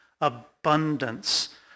abundance